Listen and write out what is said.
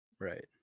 right